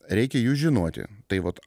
reikia jų žinoti tai vat